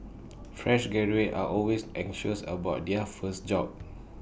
fresh graduates are always anxious about their first job